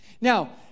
now